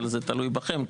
אבל זה תלוי בכם,